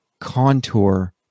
contour